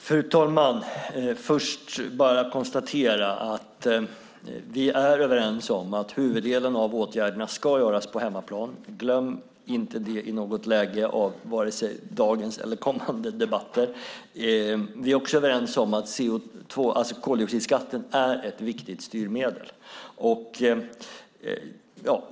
Fru talman! Jag konstaterar först att vi är överens om att huvuddelen av åtgärderna ska göras på hemmaplan. Glöm inte det i något läge av vare sig dagens eller kommande debatter. Vi är också överens om att koldioxidskatten är ett viktigt styrmedel.